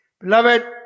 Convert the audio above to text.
Beloved